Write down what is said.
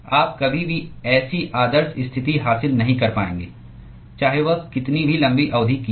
आप कभी भी ऐसी आदर्श स्थिति हासिल नहीं कर पाएंगे चाहे वह कितनी भी लंबी अवधि की हो